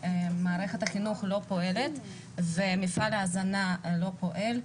שמערכת החינוך לא פועלת ומפעל ההזנה לא פועל,